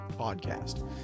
podcast